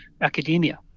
academia